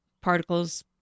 particles